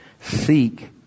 Seek